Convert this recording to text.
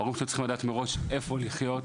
ההורים שלו צריכים לדעת מראש איפה לחיות,